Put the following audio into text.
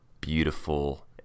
beautiful